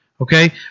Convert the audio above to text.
okay